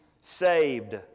saved